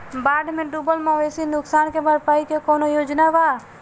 बाढ़ में डुबल मवेशी नुकसान के भरपाई के कौनो योजना वा?